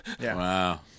Wow